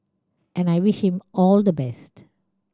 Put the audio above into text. and I wish him all the best